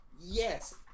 Yes